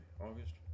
August